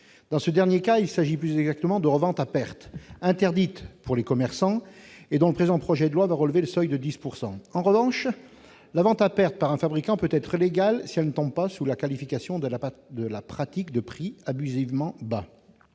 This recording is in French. Dans ce dernier cas, il s'agit plus exactement de « revente » à perte, interdite pour les commerçants et dont le présent projet de loi va relever le seuil de 10 %. En revanche, la vente à perte par un fabricant peut être légale si elle ne tombe pas sous la qualification de la pratique de prix abusivement bas.